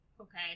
Okay